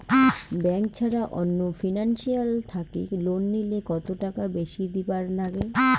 Bank ছাড়া অন্য financial থাকি লোন নিলে কতটাকা বেশি দিবার নাগে?